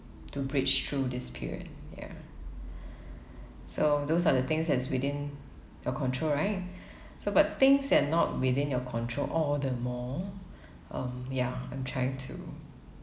to bridge through this period ya so those are the things that's within your control right so but things that not within your control all the more um ya I'm trying to